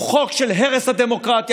הוא חוק של הרס הדמוקרטיה,